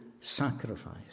sacrifice